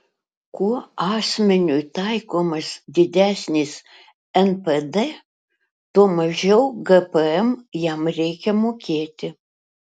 kuo asmeniui taikomas didesnis npd tuo mažiau gpm jam reikia mokėti